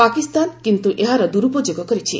ପାକିସ୍ତାନ କିନ୍ତୁ ଏହାର ଦୁରୁପଯୋଗ କରିଛି